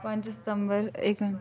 पंज सितंबर इक